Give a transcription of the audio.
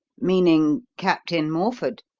meaning captain morford?